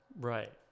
Right